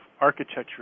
architecture